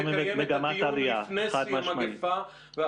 אנחנו במגמת עלייה, חד משמעית.